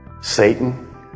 Satan